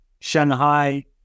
Shanghai